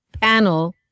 panel